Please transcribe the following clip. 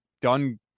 done